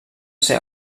ser